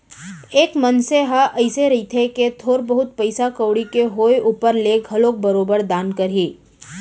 एक मनसे ह अइसे रहिथे कि थोर बहुत पइसा कउड़ी के होय ऊपर ले घलोक बरोबर दान करही